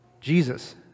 Jesus